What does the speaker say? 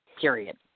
period